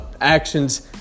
actions